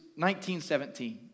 1917